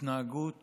התנהגות